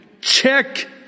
check